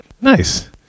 Nice